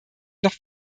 noch